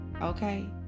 Okay